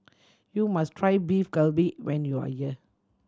you must try Beef Galbi when you are here